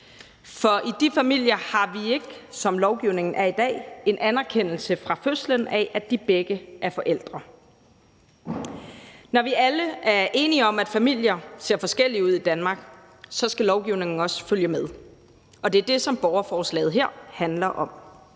for i de familier har vi ikke, som lovgivningen er i dag, en anerkendelse fra fødslen af, at de begge er forældre. Når vi alle er enige om, at familier ser forskellige ud i Danmark, så skal lovgivningen også følge med, og det er det, som borgerforslaget her handler om.